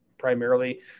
Primarily